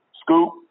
scoop